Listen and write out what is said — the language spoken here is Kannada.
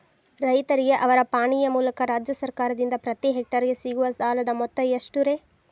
ರೈತರಿಗೆ ಅವರ ಪಾಣಿಯ ಮೂಲಕ ರಾಜ್ಯ ಸರ್ಕಾರದಿಂದ ಪ್ರತಿ ಹೆಕ್ಟರ್ ಗೆ ಸಿಗುವ ಸಾಲದ ಮೊತ್ತ ಎಷ್ಟು ರೇ?